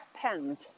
pens